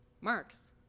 Marks